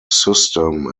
system